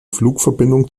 flugverbindung